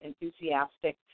enthusiastic